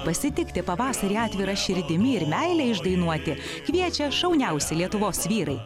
pasitikti pavasarį atvira širdimi ir meilę išdainuoti kviečia šauniausi lietuvos vyrai